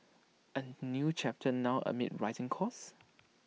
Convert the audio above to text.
A new chapter now amid rising costs